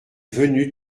venu